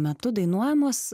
metu dainuojamos